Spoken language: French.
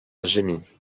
gémit